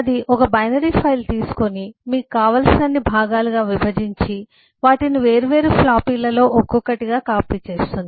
అది ఒక binary file తీసుకొని మీకు కావలసినన్ని భాగాలుగా విభజించి వాటిని వేర్వేరు ఫ్లాపీలలో ఒక్కొక్కటిగా కాపీ చేస్తుంది